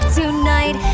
tonight